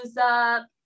up